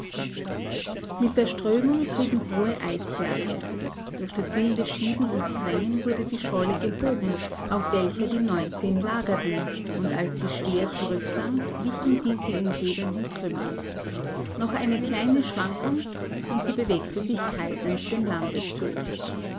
mit der strömung trieben hohe eisberge durch das wilde schieben und drängen wurde die scholle gehoben auf welcher die neunzehn lagerten und als sie schwer zurücksank wichen die sie umgebenden trümmer noch eine kleine schwankung und sie bewegte sich kreisend dem lande zu